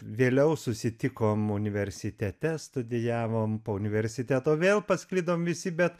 vėliau susitikom universitete studijavom po universiteto vėl pasklidom visi bet